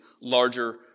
larger